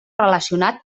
relacionat